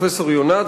פרופסור יונת.